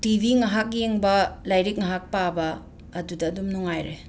T V ꯉꯍꯥꯛ ꯌꯦꯡꯕ ꯂꯥꯏꯔꯤꯛ ꯉꯍꯥꯛ ꯄꯥꯕ ꯑꯗꯨꯗ ꯑꯗꯨꯝ ꯅꯨꯡꯉꯥꯏꯔꯦ